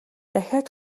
дахиад